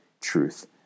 truth